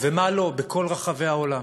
ומה לא בכל רחבי העולם.